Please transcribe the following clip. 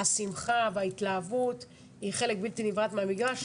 השמחה וההתלהבות היא חלק בלתי נפרד מהמגרש,